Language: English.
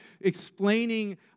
explaining